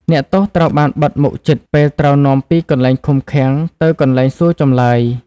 អ្នកទោសត្រូវបានបិទមុខជិត ពេលត្រូវនាំពីកន្លែងឃុំឃាំងទៅកន្លែងសួរចម្លើយ ។